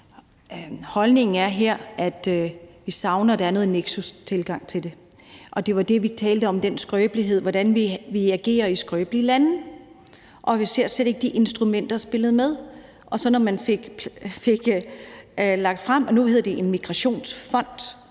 Holdningen er her, at vi savner en neksustilgang til det, og det, vi talte om, var, hvordan vi agerer i skrøbelige lande, og vi så slet ikke, at de instrumenter spillede ind. Og når det så blev lagt frem, at det nu hedder en migrationsfond,